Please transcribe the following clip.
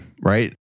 right